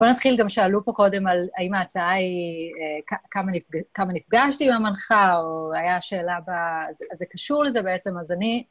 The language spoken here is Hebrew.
בואו נתחיל, גם שאלו פה קודם על האם ההצעה היא כמה נפגשתי עם המנחה, או היה שאלה ב... זה קשור לזה בעצם, אז אני...